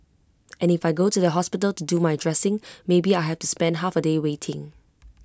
and if I go to the hospital to do my dressing maybe I have to spend half A day waiting